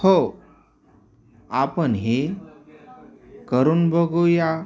हो आपण हे करून बघूया